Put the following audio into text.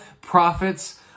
prophets